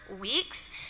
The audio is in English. weeks